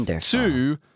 two